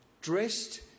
dressed